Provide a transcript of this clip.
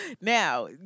now